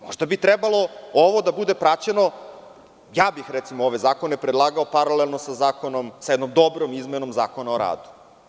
Možda bi trebalo ovo da bude praćeno, ja bih ove zakone predlagao paralelno sa zakonom, sa jednom dobrom izmenom Zakona o radu.